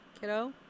kiddo